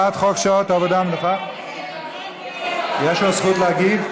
יש לו זכות להגיב?